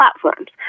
platforms